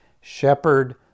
shepherd